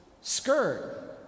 skirt